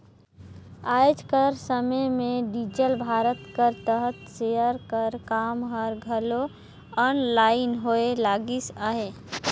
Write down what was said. आएज कर समे में डिजिटल भारत कर तहत सेयर कर काम हर घलो आनलाईन होए लगिस अहे